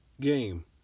game